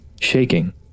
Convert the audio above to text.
shaking